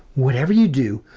whatever you do.